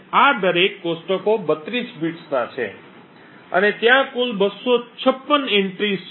આ દરેક કોષ્ટકો 32 બિટ્સના છે અને ત્યાં કુલ 256 પ્રવેશો છે